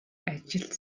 ажилд